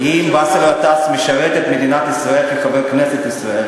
ואם באסל גטאס משרת את מדינת ישראל כחבר כנסת ישראל,